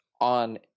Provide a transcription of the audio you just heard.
on